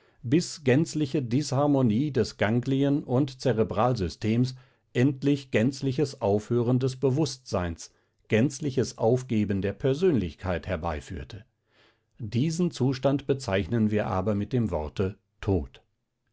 bis gänzliche disharmonie des ganglien und zerebralsystems endlich gänzliches aufhören des bewußtseins gänzliches aufgeben der persönlichkeit herbeiführte diesen zustand bezeichnen wir aber mit dem worte tod